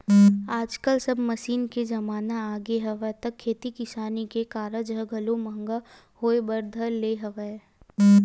आजकल सब मसीन के जमाना आगे हवय त खेती किसानी के कारज ह घलो महंगा होय बर धर ले हवय